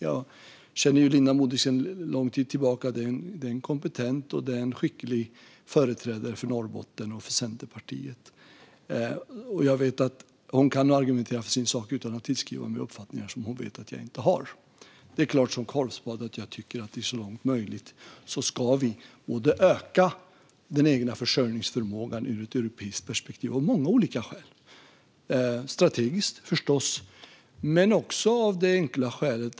Jag känner Linda Modig sedan lång tid tillbaka. Det är en kompetent och skicklig företrädare för Norrbotten och för Centerpartiet. Jag vet att hon kan argumentera för sin sak utan att tillskriva mig uppfattningar som hon vet att jag inte har. Det är klart som korvspad att jag tycker att vi så långt som möjligt ska öka den egna försörjningsförmågan ur ett europeiskt perspektiv. Det tycker jag av många olika skäl. Det är förstås strategiskt.